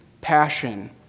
passion